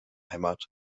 heimat